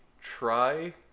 try